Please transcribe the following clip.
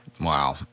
Wow